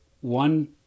one